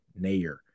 Nayer